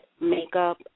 Makeup